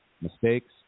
mistakes